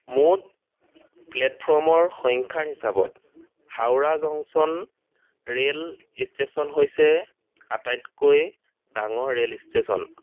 মুঠ প্লেটফৰ্মৰ সংস্যাৰ হিচাপত হাওৰা জংচন ৰেল ষ্টেশ্যন হৈছে আটাইতকৈ ডাঙৰ ৰেল ষ্টেশ্যন